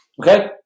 Okay